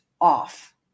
off